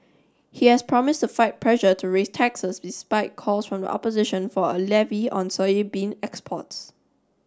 he has promised to fight pressure to raise taxes despite calls from the opposition for a levy on soybean exports